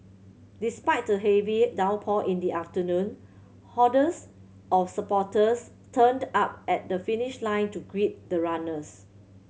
despite the heavy downpour in the afternoon hordes of supporters turned up at the finish line to greet the runners